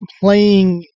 playing